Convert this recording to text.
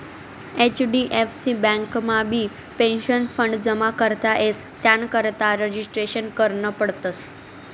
HDFC बँकमाबी pension fund जमा करता येस त्यानाकरता रजिस्ट्रेशन करनं पडस